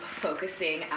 focusing